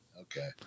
Okay